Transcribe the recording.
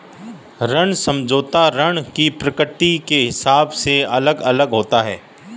ऋण समझौता ऋण की प्रकृति के हिसाब से अलग अलग होता है